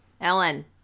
Ellen